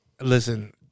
listen